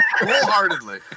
wholeheartedly